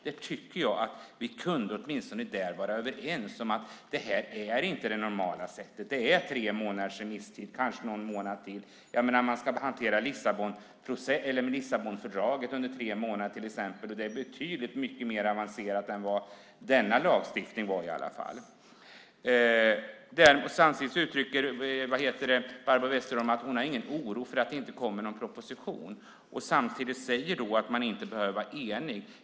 Jag tycker att vi åtminstone borde kunna vara överens om att det här inte är det normala sättet. Det är tre månaders remisstid, kanske någon månad till. Man ska hantera Lissabonfördraget under tre månader, till exempel, och det är betydligt mer avancerat än vad denna lagstiftning är. Barbro Westerholm uttrycker att hon inte har någon oro för att det inte kommer någon proposition. Hon säger samtidigt att man inte behöver vara enig.